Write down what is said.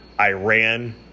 Iran